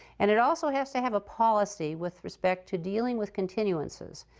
and it also has to have a policy with respect to dealing with continuances.